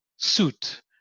Suit